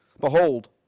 behold